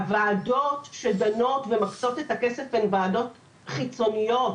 הוועדות שדנות ומקצות את הכסף הן וועדות חיצוניות